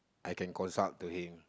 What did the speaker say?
I can consult to him